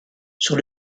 sur